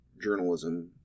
journalism